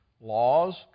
laws